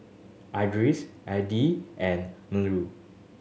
Idris Adi and Melur